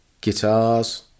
guitars